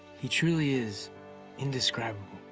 he truly is indescribable.